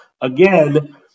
Again